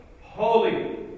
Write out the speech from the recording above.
holy